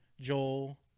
Joel